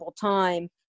time